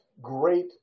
great